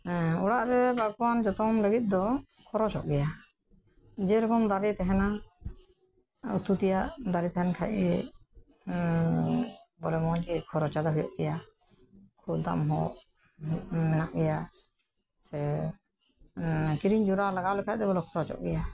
ᱚᱲᱟᱜ ᱨᱮ ᱵᱟᱜᱽᱣᱟᱱ ᱡᱚᱛᱚᱱ ᱞᱟᱹᱜᱤᱫ ᱫᱚ ᱠᱷᱚᱨᱚᱪᱚᱜ ᱜᱮᱭᱟ ᱡᱮ ᱨᱚᱠᱚᱢ ᱫᱟᱨᱮ ᱛᱟᱦᱮᱱᱟ ᱩᱛᱩ ᱛᱮᱭᱟᱜ ᱫᱟᱨᱮ ᱛᱟᱦᱮᱱ ᱠᱷᱟᱡ ᱜᱮ ᱵᱚᱞᱮ ᱢᱚᱡᱽ ᱜᱮ ᱠᱷᱚᱨᱪᱟ ᱫᱚ ᱦᱩᱭᱩᱜ ᱜᱮᱭᱟ ᱩᱞ ᱫᱟᱢ ᱦᱚᱸ ᱢᱮᱱᱟᱜ ᱜᱮᱭᱟ ᱥᱮ ᱠᱤᱨᱤᱧ ᱡᱚᱸᱨᱨᱟ ᱞᱟᱜᱟᱣ ᱞᱮᱠᱷᱟᱡ ᱫᱚ ᱠᱷᱚᱨᱚᱪᱚᱜ ᱜᱮᱭᱟ